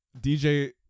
DJ